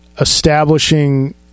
establishing